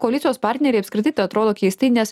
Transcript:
koalicijos partneriai apskritai tai atrodo keistai nes